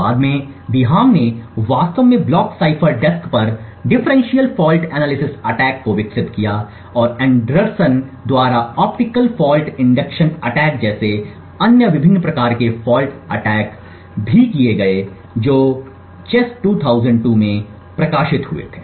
बाद में बिहाम ने वास्तव में ब्लॉक साइफर डेस्क पर डिफरेंशियल फॉल्ट एनालिसिस अटैक को विकसित किया और एंडरसन द्वारा ऑप्टिकल फॉल्ट इंडक्शन अटैक जैसे अन्य विभिन्न प्रकार के फॉल्ट अटैक भी किए गए जो CHES 2002 में प्रकाशित हुए थे